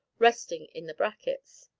resting in the brackets.